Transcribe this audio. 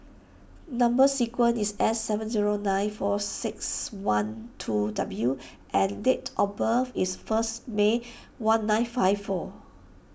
Number Sequence is S seven zero nine four six one two W and date of birth is first May one nine five four